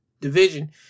division